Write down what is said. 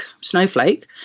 snowflake